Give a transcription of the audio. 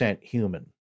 human